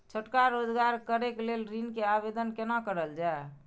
छोटका रोजगार करैक लेल ऋण के आवेदन केना करल जाय?